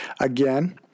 Again